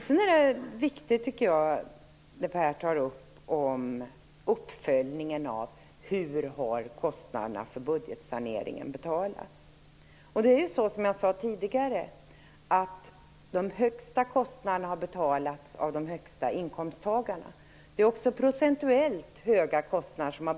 Det Per Rosengren tar upp om uppföljningen av hur kostnaderna för budgetsaneringen har betalats är viktigt. Som jag sade tidigare har de högsta kostnaderna betalats av de inkomsttagare som haft de högsta inkomsterna. Den tionde decilen har procentuellt sett betalat högre kostnader.